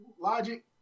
logic